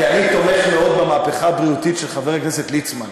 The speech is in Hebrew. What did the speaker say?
אני תומך מאוד במהפכה הבריאותית של חבר הכנסת ליצמן,